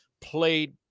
played